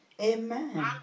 Amen